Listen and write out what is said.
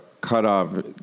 cutoff